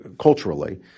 culturally